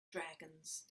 dragons